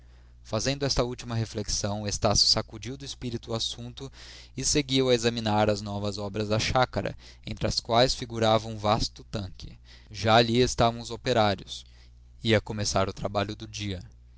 fazendo esta última reflexão estácio sacudiu do espírito o assunto e seguiu a examinar as novas obras da chácara entre as quais figurava um vasto tanque já ali estavam os operários ia começar o trabalho do dia